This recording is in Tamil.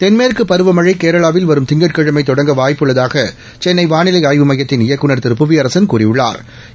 தென்மேற்கு பருவமனழ கேரளாவில் வரும் திங்கட்கிழமை தொடங்க வாய்ப்பு உள்ளதாக சென்ளை வானிலை ஆய்வு மையத்தின் இயக்குநா் திரு புவியரசன் கூறியுள்ளாா்